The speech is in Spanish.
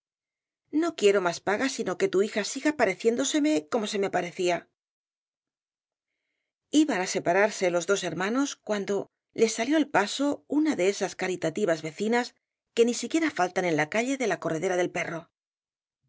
no quiero más paga sino que tu hija siga pareciéndoseme como se me parecía iban á separarse los dos hermanos cuando les salió al paso una de esas caritativas vecinas que ni siquiera faltan en la calle de la corredera del perro